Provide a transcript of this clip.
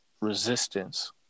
Resistance